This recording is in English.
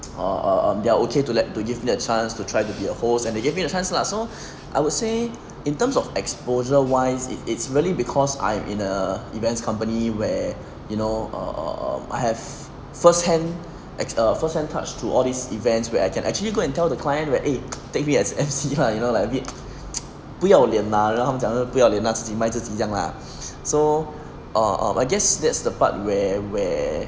err err um they're okay to like to give me a chance to try to be a host and they give me a chance lah so I would say in terms of exposure wise it it's really because I'm in a events company where you know err um I have first hand ex~ um first hand touch to all these events where I can actually go and tell the client eh take me as emcee lah you know like a bit 不要脸 lah 他们讲的不要脸 lah 自己卖自己讲 lah so err um I guess that's the part where where